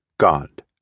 God